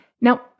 Now